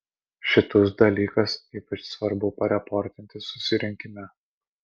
šitus dalykas ypač svarbu pareportinti susirinkime